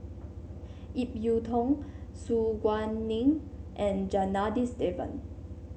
Ip Yiu Tung Su Guaning and Janadas Devan